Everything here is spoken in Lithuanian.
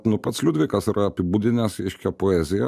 nu pats liudvikas yra apibūdinęs reiškia poeziją